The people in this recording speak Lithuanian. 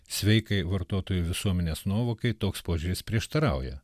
sveikai vartotojų visuomenės nuovokai toks požiūris prieštarauja